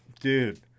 dude